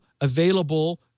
available